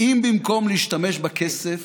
אם במקום להשתמש בכסף